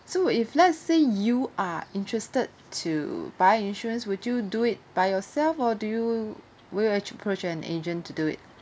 so if let's say you are interested to buy insurance would you do it by yourself or do you will actually approach an agent to do it